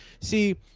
See